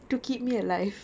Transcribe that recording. to keep me alive